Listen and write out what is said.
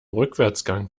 rückwärtsgang